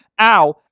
Ow